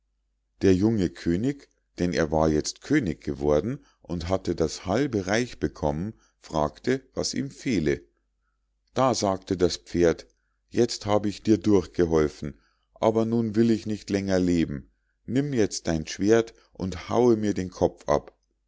der junge könig denn er war jetzt könig geworden und hatte das halbe reich bekommen fragte was ihm fehle da sagte das pferd jetzt hab ich dir durchgeholfen aber nun will ich nicht länger leben nimm jetzt dein schwert und haue mir den kopf ab